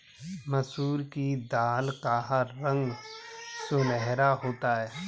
मसूर की दाल का रंग सुनहरा होता है